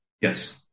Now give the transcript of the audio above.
Yes